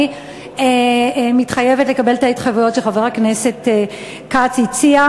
אני מתחייבת לקבל את ההתחייבויות שחבר הכנסת כץ הציג.